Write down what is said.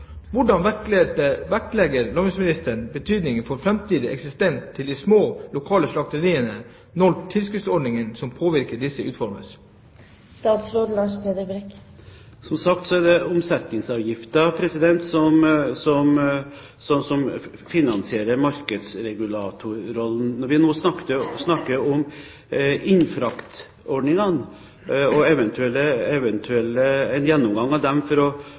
vektlegger landbruksministeren betydningen av framtidig eksistens for de små lokale slakteriene når tilskuddsordningen som påvirker disse, utformes? Som sagt, det er omsetningsavgiften som finansierer markedsregulatorrollen. Når vi snakker om innfraktordningene og en gjennomgang av dem for å